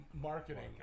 marketing